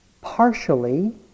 partially